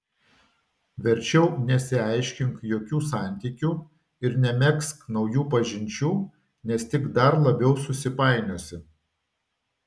verčiau nesiaiškink jokių santykių ir nemegzk naujų pažinčių nes tik dar labiau susipainiosi